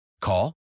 Call